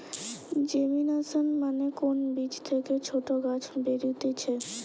germination মানে কোন বীজ থেকে ছোট গাছ বেরুতিছে